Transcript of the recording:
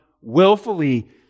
willfully